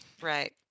right